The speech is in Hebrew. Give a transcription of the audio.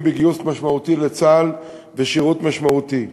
בגיוס משמעותי לצה"ל ובשירות משמעותי.